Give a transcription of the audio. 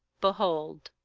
behold.